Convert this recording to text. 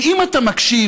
כי אם אתה מקשיב,